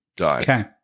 Okay